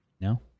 No